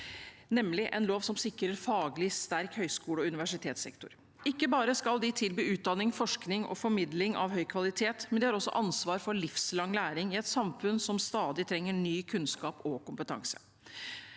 nemlig en lov som sikrer en faglig sterk høyskole- og universitetssektor. Ikke bare skal de tilby utdanning, forskning og formidling av høy kvalitet, de har også ansvar for livslang læring i et samfunn som stadig trenger ny kunnskap og kompetanse.